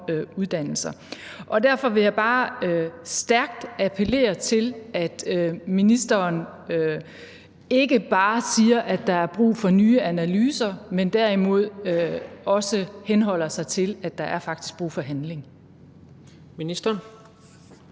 Derfor vil jeg bare stærkt appellere til, at ministeren ikke bare siger, at der er brug for nye analyser, men derimod også henholder sig til, at der faktisk er brug for handling.